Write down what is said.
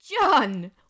John